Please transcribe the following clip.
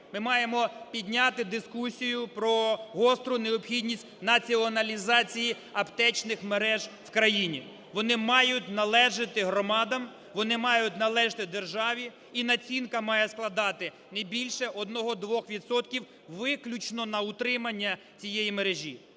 Ми маємо підняти дискусію про гостру необхідність націоналізації аптечних мереж у країні. Вони мають належати громадам, вони мають належати державі і націнка має складати не більше 1-2 відсотки виключно на утримання цієї мережі.